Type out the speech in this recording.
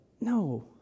no